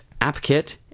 AppKit